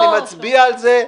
אני מצביע על זה,